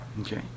Okay